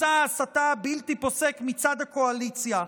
מסע ההסתה הבלתי-פוסק מצד הקואליציה.